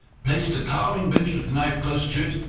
placed the carving bench with the knife close to it,